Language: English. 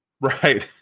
right